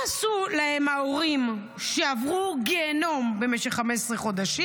מה עשו להם ההורים שעברו גיהינום במשך 15 חודשים?